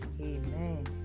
Amen